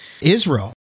Israel